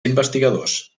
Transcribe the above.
investigadors